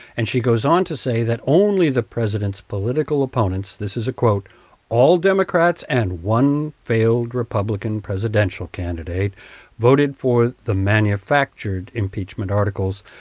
and she goes on to say that only the president's political opponents this is a quote all democrats and one failed republican presidential candidate voted for the manufactured impeachment articles.